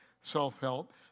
self-help